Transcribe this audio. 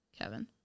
Kevin